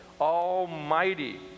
almighty